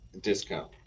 discount